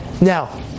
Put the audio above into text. Now